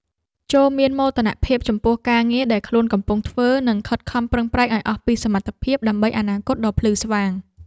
ចូរមានមោទនភាពចំពោះការងារដែលខ្លួនកំពុងធ្វើ និងខិតខំប្រឹងប្រែងឱ្យអស់ពីសមត្ថភាពដើម្បីអនាគតដ៏ភ្លឺស្វាង។